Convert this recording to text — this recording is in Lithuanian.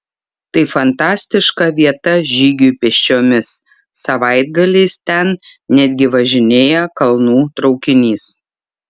tai fantastiška vieta žygiui pėsčiomis savaitgaliais ten netgi važinėja kalnų traukinys